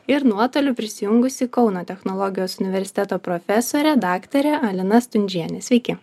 ir nuotoliu prisijungusi kauno technologijos universiteto profesorė daktarė alina stundžienė sveiki